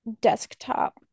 desktop